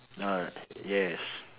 no yes